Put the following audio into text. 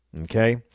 Okay